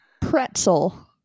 pretzel